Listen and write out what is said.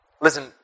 Listen